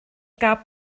gab